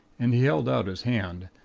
and he held out his hand.